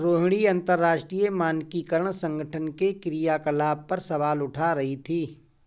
रोहिणी अंतरराष्ट्रीय मानकीकरण संगठन के क्रियाकलाप पर सवाल उठा रही थी